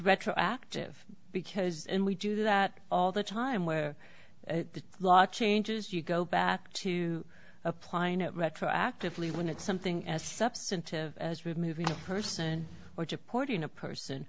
retroactive because we do that all the time where the law changes you go back to applying it retroactively when it's something as substantive as removing a person or supporting a person